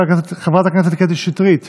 חברת הכנסת קטי שטרית,